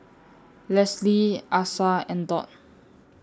Leslie Asa and Dot